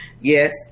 Yes